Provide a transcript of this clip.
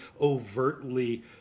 overtly